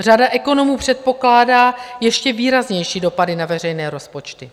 Řada ekonomů předpokládá ještě výraznější dopady na veřejné rozpočty.